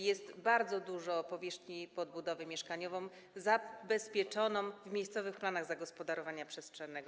Jest bardzo dużo powierzchni pod budowę mieszkaniową zabezpieczonej w miejscowych planach zagospodarowania przestrzennego.